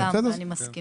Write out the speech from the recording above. אני לגמרי מסכימה.